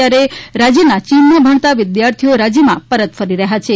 ત્યારે રાજ્યના ચીનમાં ભણતા વિદ્યાર્થીઓ રાજ્યમાં પરત ફરી રહ્યા છે